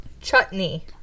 Chutney